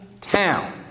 town